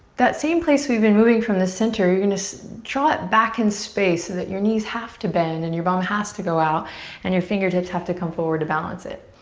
that same place we've been moving from, the center, you're gonna draw it back in space so that your knees have to bend and your bum has to go out and your fingertips have to come forward to balance it.